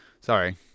Sorry